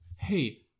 hey